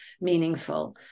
meaningful